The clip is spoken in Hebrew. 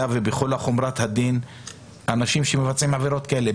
ובכל חומרת הדין אנשים שמבצעים עבירות כאלה,